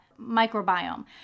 microbiome